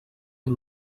amb